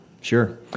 sure